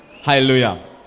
Hallelujah